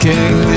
King